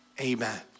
Amen